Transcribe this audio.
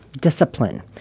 discipline